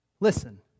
Listen